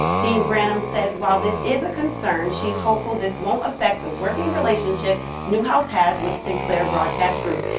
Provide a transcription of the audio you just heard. dean branham says while this is a concern, she's hopeful this won't affect the working relationship newhouse has with sinclair broadcast group.